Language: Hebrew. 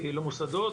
למוסדות,